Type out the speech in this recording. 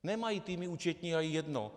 Nemají týmy účetních jedno.